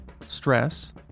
stress